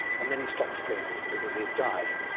and then he stopped screaming because he had died.